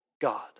God